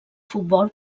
futbol